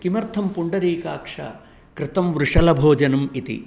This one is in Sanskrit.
किमर्थं पुण्डरीकाक्ष कृतं वृषलभोजनम् इति